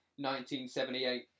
1978